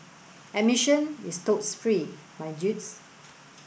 admission is totes free my dudes